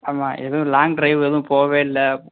ஆமா எதுவும் long drive எதுவும் போகவே இல்லை